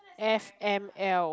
f_m_l